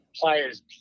players